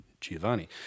Giovanni